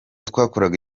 twakoraga